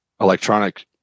electronic